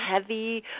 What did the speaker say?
heavy